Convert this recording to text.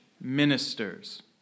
ministers